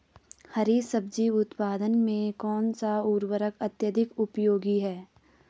हरी सब्जी उत्पादन में कौन सा उर्वरक अत्यधिक उपयोगी है?